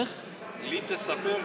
לי תספר?